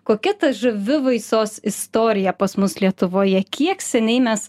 kokia ta žuvivaisos istorija pas mus lietuvoje kiek seniai mes